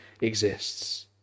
exists